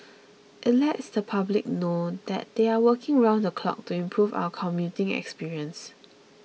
it lets the public know that they are working round the clock to improve our commuting experience